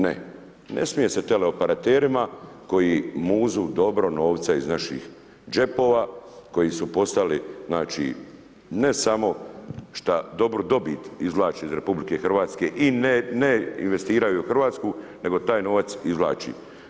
Ne, ne smije se tele operaterima koji muzu dobro novce iz naših džepova, koji su postali znači ne samo što dobru dobit izvlače iz RH i ne investiraju u Hrvatsku, nego taj novac izvlači.